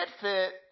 fit